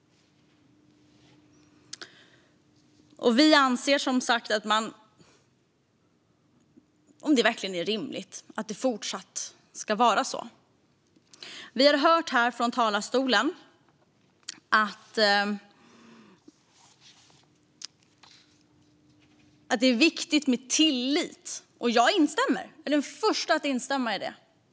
Vi ifrågasätter om det verkligen är rimligt att det fortsatt ska vara så. Vi har här från talarstolen hört att det är viktigt med tillit. Jag är den första att instämma i det.